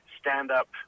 stand-up